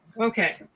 Okay